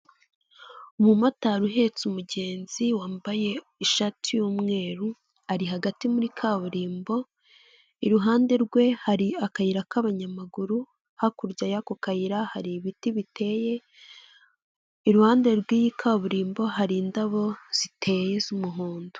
Umu motari uhetse umugenzi wambaye ishati y'umweru, ari hagati muri kaburimbo; iruhande rwe hari akayira k’abanyamaguru, hakurya y’ako kayira hari ibiti biteye; iruhande rw’iyo kaburimbo, hari indabo ziteye z’umuhondo.